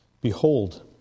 behold